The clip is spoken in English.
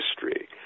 history